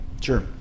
Sure